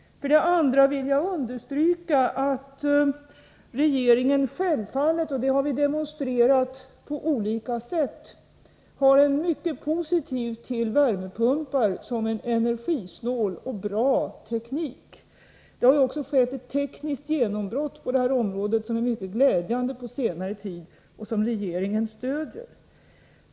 Vidare vill jag understryka att regeringen självfallet har en mycket positiv inställning till värmepumpar, och det har demonstrerats på olika sätt. Värmepumpar är en energisnål och bra teknik. På senare tid har det också skett ett mycket glädjande tekniskt genombrott på detta område — och som regeringen stöder.